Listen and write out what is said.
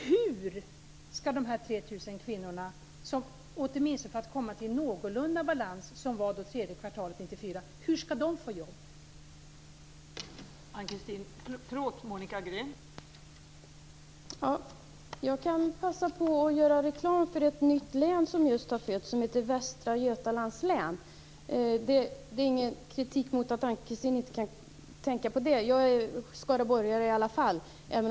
Hur skall dessa 3 000 kvinnor - för att man åtminstone skall komma i någorlunda balans med hur det var tredje kvartalet 1994 - få jobb?